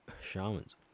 Shamans